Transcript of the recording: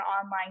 online